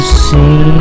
see